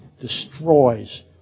Destroys